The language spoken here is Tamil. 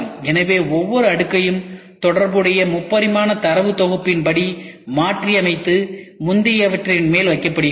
எனவே ஒவ்வொரு அடுக்கையும் தொடர்புடைய 3 பரிமாண தரவு தொகுப்பின் படி மாற்றியமைத்து முந்தையவற்றின் மேல் வைக்கப்படுகிறது